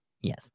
yes